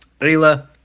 Rila